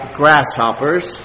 grasshoppers